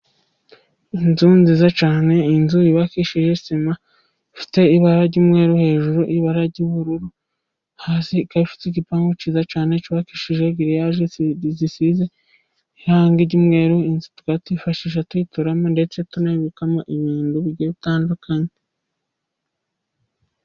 Inzu nziza cyane inzu yubakishije sima ifite ibara ry'umweru hejuru ibara ry'ubururu, hasi ifite igipangu cyiza cyane cyubakishije giririyage zisize ibara ry'umweru. Twatwifashisha tuyituramo ndetse tunabikamo ibintu by'uburyo butandukanye.